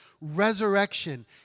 resurrection